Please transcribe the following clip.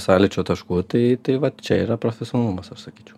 sąlyčio taškų tai tai vat čia yra profesionalumas aš sakyčiau